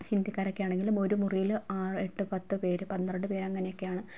ഹിന്ദിക്കാരക്കെയാണെങ്കിലും ഒരു മുറിയിൽ ആറ് എട്ട് പത്ത് പേര് പന്ത്രണ്ട് പേര് അങ്ങനെ ഒക്കെയാണ്